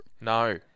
No